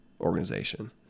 organization